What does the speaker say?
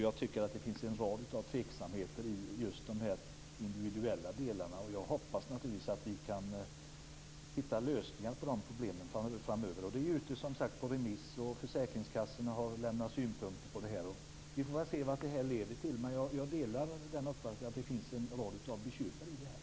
Jag tycker att det finns en rad tveksamheter när det gäller just de individuella delarna. Jag hoppas naturligtvis att vi kan hitta lösningar på de problemen framöver. Det är som sagt ute på remiss, och försäkringskassorna har lämnat synpunkter. Vi får väl se vad det leder till. Men jag delar uppfattningen att det finns en rad bekymmer.